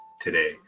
today